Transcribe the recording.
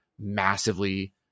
massively